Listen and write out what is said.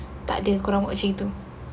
takde kau orang buat masa itu